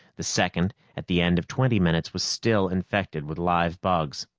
the second, at the end of twenty minutes, was still infected with live bugs.